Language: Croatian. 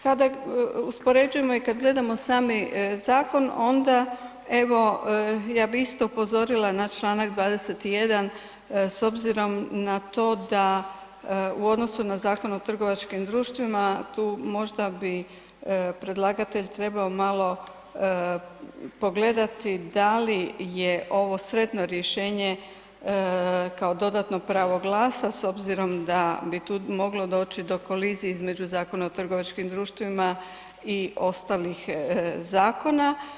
Kod, kada uspoređujemo i kad gledamo sami zakon, onda evo, ja bih isto upozorila na čl. 21. s obzirom na to da u odnosu na Zakon o trgovačkim društvima tu možda bi predlagatelj trebao malo pogledati da li je ovo sretno rješenje kao dodatno pravo glasa s obzirom da bi tu moglo doći do kolizije između Zakona o trgovačkim društvima i ostalih zakona.